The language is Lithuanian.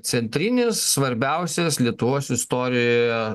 centrinis svarbiausias lietuvos istorijoje